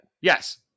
yes